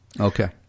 Okay